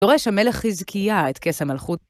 דורש המלך חזקיה את כס המלכות.